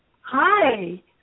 Hi